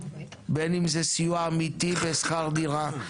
בין אם זה סיוע אמיתי בשכר דירה,